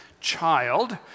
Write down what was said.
child